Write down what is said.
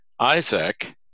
Isaac